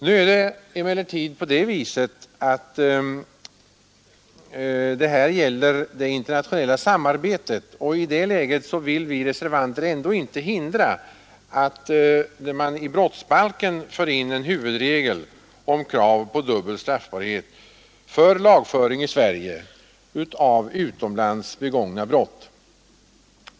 Nu gäller det emellertid det internationella samarbetet, och i det läget vill vi reservanter inte hindra att man i brottsbalken för in en huvudregel om krav på dubbel straffbarhet för lagföring i Sverige av utomlands begångna brott.